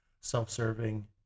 self-serving